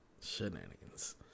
Shenanigans